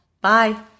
Bye